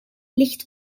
licht